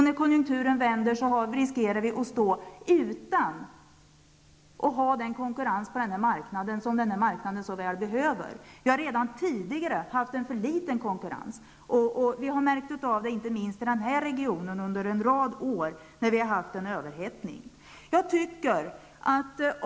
När konjunkturen vänder riskerar vi att stå utan den konkurrens som marknaden så väl behöver. Vi har redan tidigare haft för liten konkurrens. Vi har märkt av det inte minst i Stockholmsregionen under en rad år, där vi har haft en överhettning.